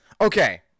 Okay